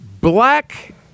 Black